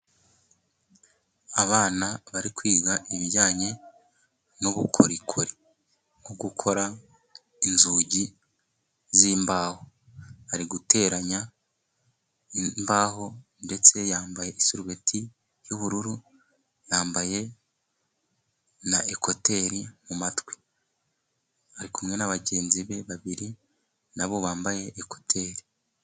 Abana bari kwiga ibijyanye n'ubukorikori bwo gukora inzugi zimbaho, ari guteranya imbaho ndetse yambaye isurubeti y'ubururu yambaye na ekuteri mu matwi, ari kumwe na bagenzi be babiri nabo bambaye ekuteri.